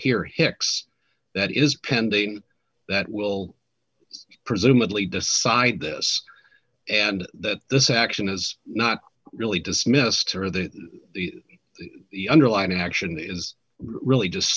here hicks that is pending that will presumably decide this and that this action is not really dismissed or that the underlining action that is really just